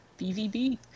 BVB